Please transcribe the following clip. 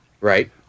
Right